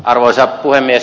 arvoisa puhemies